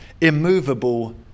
immovable